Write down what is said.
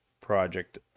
project